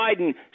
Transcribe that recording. Biden